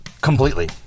completely